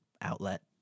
outlet